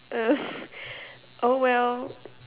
um oh well